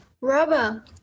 rubber